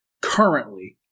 currently